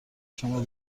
شما